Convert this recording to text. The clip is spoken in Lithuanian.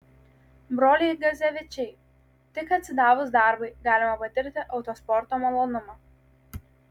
broliai gezevičiai tik atsidavus darbui galima patirti autosporto malonumą